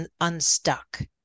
unstuck